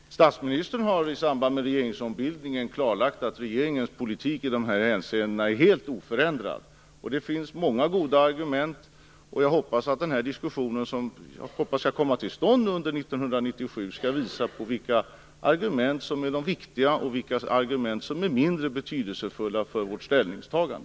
Fru talman! Statsministern har i samband med regeringsombildningen klarlagt att regeringens politik i dessa avseenden är helt oförändrad. Det finns många goda argument, och jag hoppas att den diskussion som förhoppningsvis kommer till stånd under 1997 skall visa vilka argument som är viktiga och vilka som är mindre betydelsefulla för vårt ställningstagande.